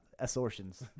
assortions